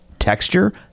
Texture